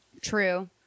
True